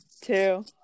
two